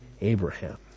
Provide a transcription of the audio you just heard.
Abraham